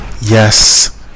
Yes